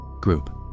Group